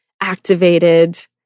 activated